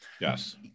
yes